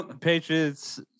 Patriots